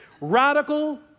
Radical